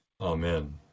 Amen